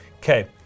Okay